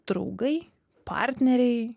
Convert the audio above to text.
draugai partneriai